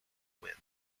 wind